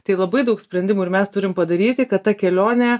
tai labai daug sprendimų ir mes turim padaryti kad ta kelionė